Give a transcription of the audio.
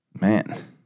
man